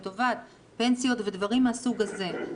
לטובת פנסיות ודברים מהסוג הזה.